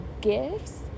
gifts